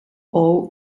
all